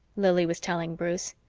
lili was telling bruce.